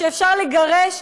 שאפשר לגרש,